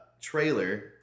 trailer